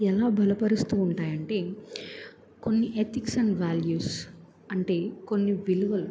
ఎలా బలపరుస్తూ ఉంటాయంటే కొన్ని ఎథిక్స్ అండ్ వ్యాల్యూస్ అంటే కొన్ని విలువలు